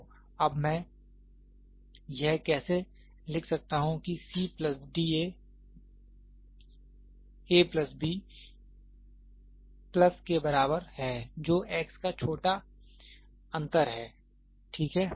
तो अब मैं यह कैसे लिख सकता हूँ कि c plus d a plus b plus के बराबर है जो x का छोटा अंतर है ठीक है